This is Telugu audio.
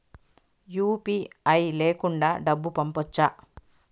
యు.పి.ఐ లేకుండా డబ్బు పంపొచ్చా